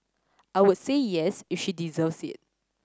I would say yes if she deserves it